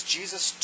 Jesus